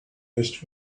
this